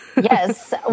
Yes